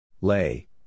Lay